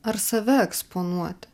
ar save eksponuot